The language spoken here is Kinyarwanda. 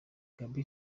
gaby